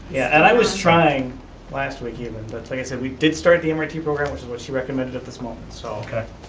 yeah and i was trying last week even. but like i said, we did start the mrt program which is what she recommended at this moment, so. okay,